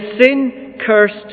sin-cursed